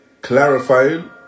clarifying